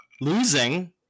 losing